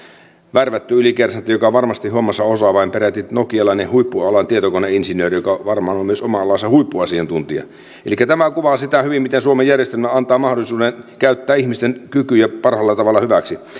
värvätty ylikersantti joka varmasti hommansa osaa vai peräti nokialainen huippualan tietokoneinsinööri joka varmaan on myös oman alansa huippuasiantuntija elikkä tämä kuvaa sitä hyvin miten suomen järjestelmä antaa mahdollisuuden käyttää ihmisten kykyjä parhaalla tavalla hyväksi